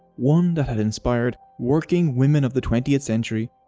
one that had inspired working women of the twentieth century.